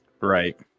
Right